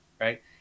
right